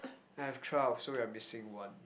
I have twelve so we are missing one